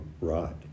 right